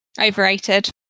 overrated